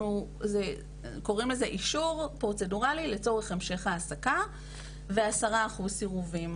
אנחנו קורים לזה אישור פרוצדוראלי לצורך המשך העסקה וכ-10% סירובים,